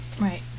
Right